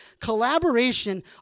collaboration